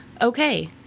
Okay